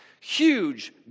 Huge